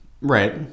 Right